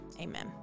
Amen